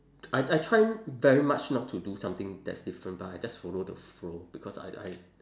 I I try very much not to do something that's different but I just follow the flow because I I